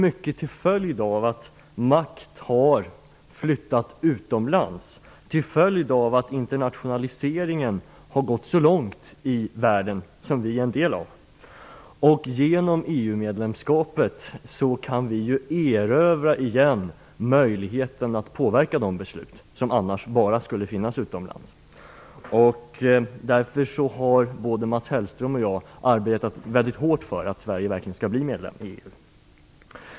Makten har flyttat utomlands till följd av att internationaliseringen har gått så långt i världen som vi är en del av. Genom EU medlemskapet kan vi ju åter erövra möjligheten att påverka de beslut som annars bara skulle fattas utomlands. Därför har både Mats Hellström och jag arbetat väldigt hårt för att Sverige verkligen skulle bli medlem i EU.